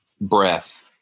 breath